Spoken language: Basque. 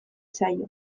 zaio